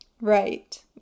Right